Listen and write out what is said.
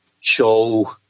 show